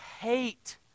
hate